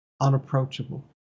unapproachable